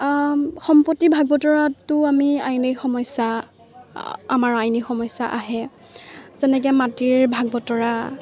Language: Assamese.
সম্প্ৰতি ভাগ বতৰাতো আমি আইন সমস্যা আমাৰ আইন সমস্যা আহে যেনেকৈ মাটিৰ ভাগ বতৰা